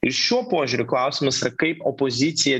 ir šiuo požiūriu klausimas yra kaip opozicija